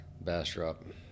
Bastrop